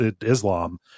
Islam